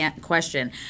question